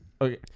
Okay